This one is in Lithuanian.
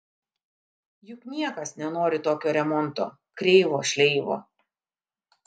juk niekas nenori tokio remonto kreivo šleivo